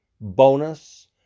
bonus